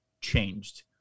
changed